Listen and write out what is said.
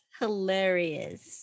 hilarious